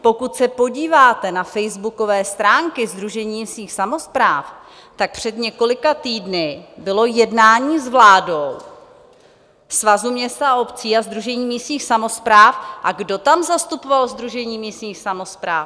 Pokud se podíváte na facebookové stránky Sdružení místních samospráv, před několika týdny bylo jednání s vládou Svazu měst a obcí a Sdružení místních samospráv, a kdo tam zastupoval Sdružení místních samospráv?